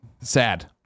sad